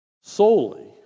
solely